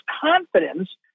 confidence